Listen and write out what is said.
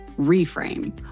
Reframe